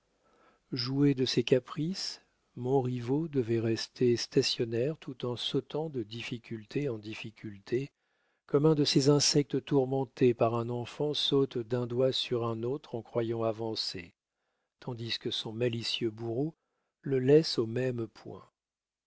jouet de ses caprices montriveau devait rester stationnaire tout en sautant de difficultés en difficultés comme un de ces insectes tourmenté par un enfant saute d'un doigt sur un autre en croyant avancer tandis que son malicieux bourreau le laisse au même point